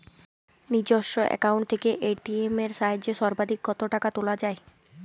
নিজস্ব অ্যাকাউন্ট থেকে এ.টি.এম এর সাহায্যে সর্বাধিক কতো টাকা তোলা যায়?